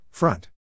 Front